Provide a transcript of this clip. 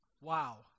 Wow